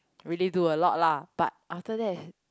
really do a lot lah but after that